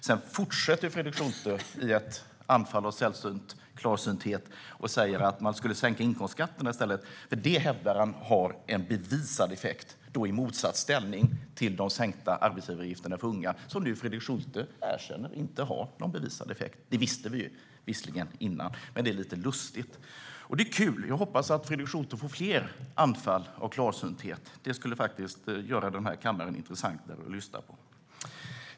I ett anfall av sällsynt klarsynthet fortsätter Fredrik Schulte med att säga att man borde sänka inkomstskatterna i stället, då detta, enligt vad han hävdar, har en bevisad effekt, i motsats till sänkningen av arbetsgivaravgifterna för unga, vilken nu Fredrik Schulte erkänner inte har någon bevisad effekt. Det visste vi visserligen innan, men Fredrik Schultes uttalande är lite lustigt. Det är kul! Jag hoppas att Fredrik Schulte får fler anfall av klarsynthet. Det skulle göra debatterna i den här kammaren intressantare att lyssna på.